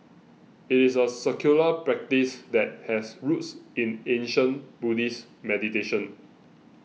it is a secular practice that has roots in ancient Buddhist meditation